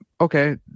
okay